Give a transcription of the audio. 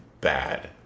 bad